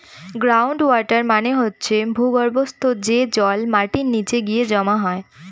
ground water মানে হচ্ছে ভূর্গভস্ত, যে জল মাটির নিচে গিয়ে জমা হয়